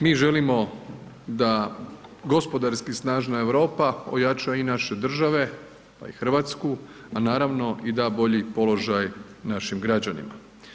Mi želimo da gospodarski snažna Europa ojača i naše države, pa i RH, a naravno i da bolji položaj našim građanima.